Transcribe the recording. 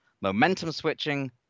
momentum-switching